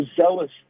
zealous